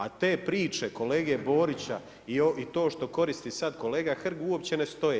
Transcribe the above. A te priče kolege Borića i to što koristi sad kolega Hrg, uopće ne stoje.